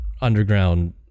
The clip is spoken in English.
underground